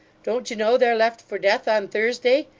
don't you know they're left for death on thursday?